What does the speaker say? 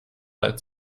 als